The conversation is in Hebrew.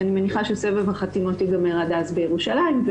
אני מניחה שסבב החתימות ייגמר עד אז בירושלים.